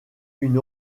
une